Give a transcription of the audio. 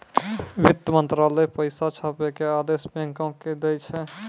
वित्त मंत्रालय पैसा छापै के आदेश बैंको के दै छै